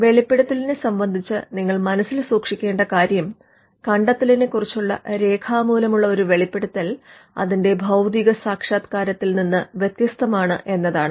വെളിപ്പെടുത്തലിനെ സംബന്ധിച്ച് നിങ്ങൾ മനസ്സിൽ സൂക്ഷിക്കേണ്ട കാര്യം കണ്ടത്തെലിനെ കുറിച്ചുള്ള രേഖാമൂലമുള്ള ഒരു വെളിപ്പെടുത്തൽ അതിന്റെ ഭൌതികസാക്ഷാത്കാരത്തിൽ നിന്നും വ്യത്യസ്തമാണ് എന്നതാണ്